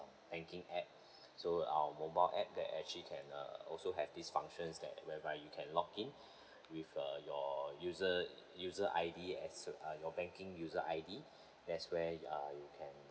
banking app so our mobile app that actually can err also have this functions that whereby you can log in with uh your user user I_D as your banking user I_D that's where uh you can